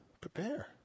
prepare